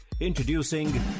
Introducing